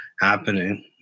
happening